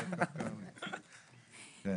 כן.